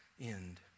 end